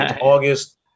August